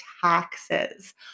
taxes